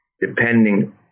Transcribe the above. depending